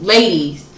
Ladies